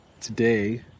today